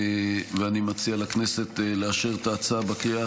ואני מציע לכנסת לאשר את ההצעה בקריאה